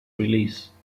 release